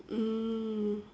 mm